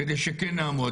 כדי שכן נעמוד.